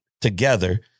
together